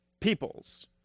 peoples